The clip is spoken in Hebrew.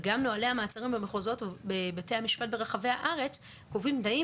וגם נוהלי המעצרים במחוזות בבתי המשפט ברחבי הארץ קובעים תנאים